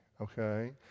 okay